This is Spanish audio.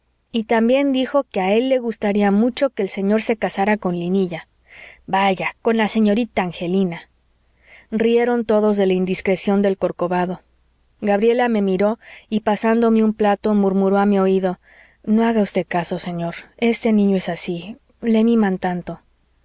y también dijo que a él le gustaría mucho que el señor se casara con linilla vaya con la señorita angelina rieron todos de la indiscreción del corcovado gabriela me miró y pasándome un plato murmuró a mi oído no haga usted caso señor este niño es así le miman tanto